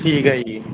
ਠੀਕ ਹੈ ਜੀ